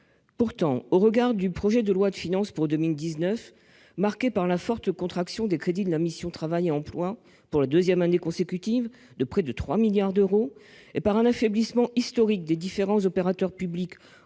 volonté. Au regard du projet de loi de finances pour 2019, marqué par la forte contraction des crédits de la mission « Travail et Emploi » pour la deuxième année consécutive, de près de 3 milliards d'euros, et par un affaiblissement historique des différents opérateurs publics